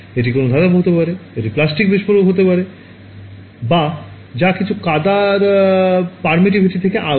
এটি কোনও ধাতব হতে পারে এটি প্লাস্টিক বিস্ফোরক হতে পারে বা যা কিছু কাদার permittivity থেকে আলাদা